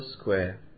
Square